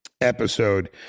episode